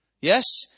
Yes